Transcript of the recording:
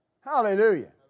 Hallelujah